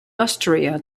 austria